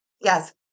yes